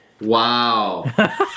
Wow